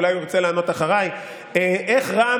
אולי הוא ירצה לענות אחריי: איך רע"מ